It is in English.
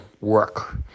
work